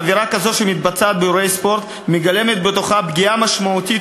עבירה כזו שמתבצעת באירועי ספורט מגלמת בתוכה פגיעה משמעותית